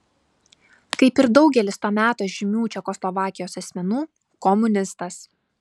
kaip ir daugelis to meto žymių čekoslovakijos asmenų komunistas